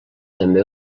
també